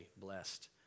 blessed